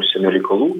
užsienio reikalų